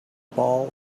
ball